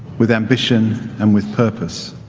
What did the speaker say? with ambition and with purpose.